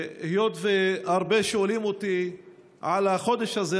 היות שהרבה שואלים אותי על החודש הזה,